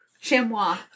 Chamois